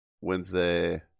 Wednesday